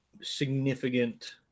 significant